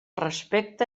respecte